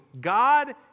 God